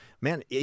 man